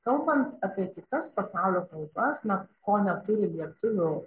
kalbant apie kitas pasaulio kalbas na ko neturi lietuvių